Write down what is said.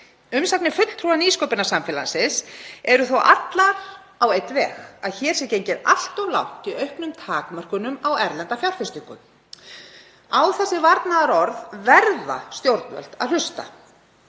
umsagnir fulltrúa nýsköpunarsamfélagsins eru þó allar á einn veg, að hér sé gengið allt of langt í auknum takmörkunum á erlenda fjárfestingu. Á þessi varnaðarorð verða stjórnvöld að hlusta.